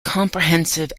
comprehensive